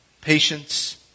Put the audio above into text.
patience